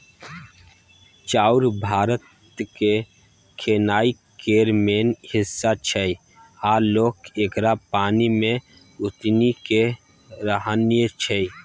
चाउर भारतक खेनाइ केर मेन हिस्सा छै आ लोक एकरा पानि मे उसनि केँ रान्हय छै